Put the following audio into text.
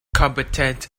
competent